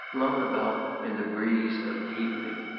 blown about in the breeze of evening.